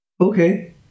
Okay